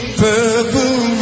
purple